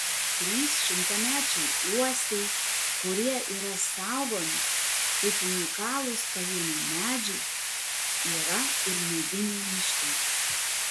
trys šimtamečiai uosiai kurie yra saugomi kaip unikalūs pavieniai medžiai yra ir medinių miške